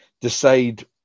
decide